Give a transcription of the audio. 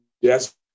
Yes